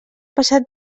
passat